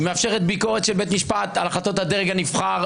היא מאפשרת ביקורת של בית משפט על החלטות הדרג הנבחר,